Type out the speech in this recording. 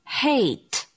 hate